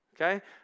okay